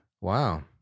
wow